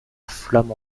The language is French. flamme